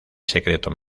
secreto